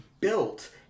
built